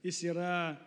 jis yra